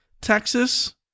Texas